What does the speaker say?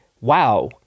wow